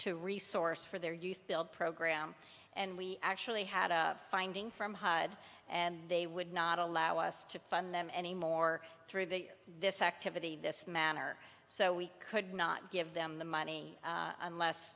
to resource for their youth build program and we actually had a finding from had and they would not allow us to fund them anymore through that this activity this manner so we could not give them the money unless